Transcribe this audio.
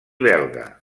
belga